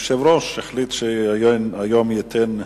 היושב-ראש החליט שהיום הוא ייתן כך,